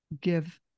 give